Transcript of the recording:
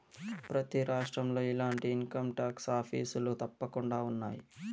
ప్రతి రాష్ట్రంలో ఇలాంటి ఇన్కంటాక్స్ ఆఫీసులు తప్పకుండా ఉన్నాయి